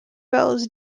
bells